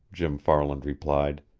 jim farland replied.